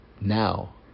now